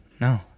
no